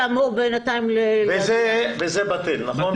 יש חוק מסגרת שאמור בינתיים --- וזה בטל, נכון?